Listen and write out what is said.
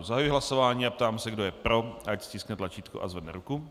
Zahajuji hlasování a ptám se, kdo je pro, ať stiskne tlačítko a zvedne ruku.